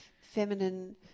feminine